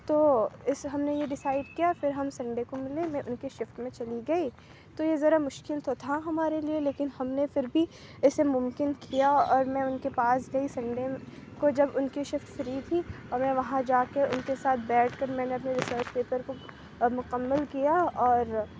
تو اس ہم نے یہ ڈسائڈ کیا پھر ہم سنڈے کو ملے میں ان کے شفٹ میں چلی گئی تو یہ ذرا مشکل تو تھا ہمارے لیے لیکن ہم نے پھر بھی اسے ممکن کیا اور میں ان کے پاس گئی سنڈے کو جب ان کی شفٹ فری تھی اور میں وہاں جا کے ان کے ساتھ بیٹھ کر میں نے اپنے ریسرچ پیپر کو اور مکمل کیا اور